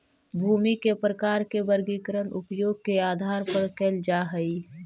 भूमि के प्रकार के वर्गीकरण उपयोग के आधार पर कैल जा हइ